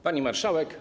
Pani Marszałek!